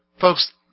Folks